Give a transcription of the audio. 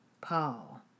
Paul